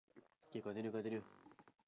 K continue continue